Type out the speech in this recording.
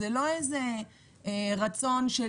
זה חלק מהביטחון של